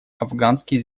афганские